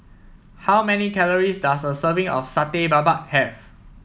how many calories does a serving of Satay Babat have